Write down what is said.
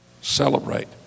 celebrate